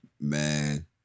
Man